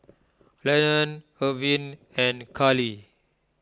Lennon Irvin and Carley